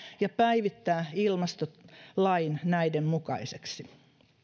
sekä päivittää ilmastolain näiden mukaiseksi